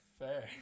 fair